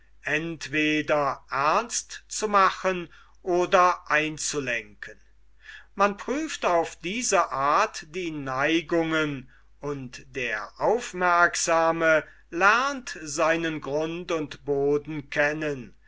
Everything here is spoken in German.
entweder ernst zu machen oder einzulenken man prüft auf diese art die neigungen und der aufmerksame lernt seinen grund und boden kennen